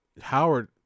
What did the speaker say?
Howard –